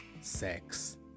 sex